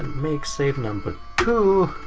make save number two.